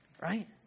Right